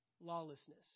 lawlessness